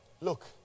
Look